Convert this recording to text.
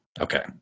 okay